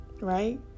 right